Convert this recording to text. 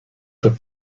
for